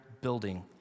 building